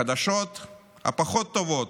החדשות הפחות-טובות,